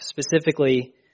specifically